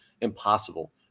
impossible